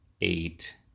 eight